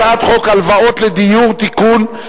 הצעת חוק הלוואות לדיור (תיקון,